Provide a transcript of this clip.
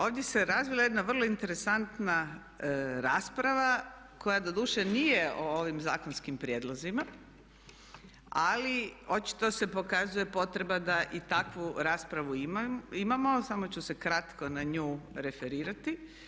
Ovdje se razvila jedna vrlo interesantna rasprava koja doduše nije o ovim zakonskim prijedlozima ali očito se pokazuje potreba da i takvu raspravu imamo, samo ću se kratko na nju referirati.